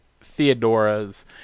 Theodora's